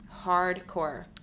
hardcore